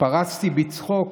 פרצתי בצחוק.